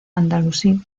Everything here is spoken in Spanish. andalusí